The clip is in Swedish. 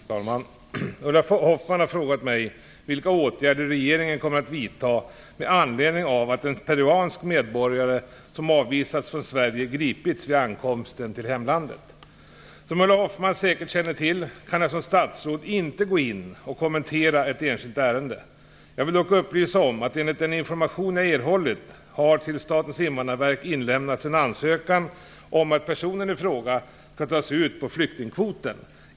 Fru talman! Ulla Hoffmann har frågat mig vilka åtgärder regeringen kommer att vidta med anledning av att en peruansk medborgare som avvisats från Sverige gripits vid ankomsten till hemlandet Som Ulla Hoffmann säkert känner till kan jag som statsråd inte gå in och kommentera ett enskilt ärende. Jag vill dock upplysa om att enligt den information jag erhållit har till Statens invandrarverk inlämnats en ansökan om att personen i fråga skall tas ut på flyktingkvoten.